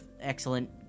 excellent